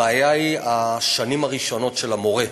הבעיה היא השנים הראשונות של המורה.